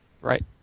Right